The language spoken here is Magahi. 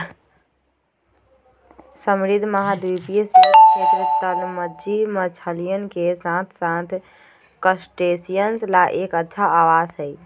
समृद्ध महाद्वीपीय शेल्फ क्षेत्र, तलमज्जी मछलियन के साथसाथ क्रस्टेशियंस ला एक अच्छा आवास हई